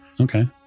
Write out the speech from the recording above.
Okay